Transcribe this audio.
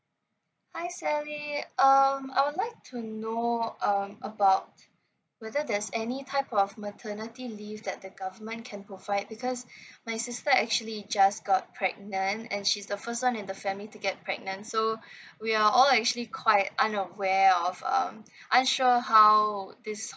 hi sally um I would like to know um about whether there's any type of maternity leave that the government can provide because my sister actually just got pregnant and she's the first one in the family to get pregnant so we are all actually quite unaware of um unsure how this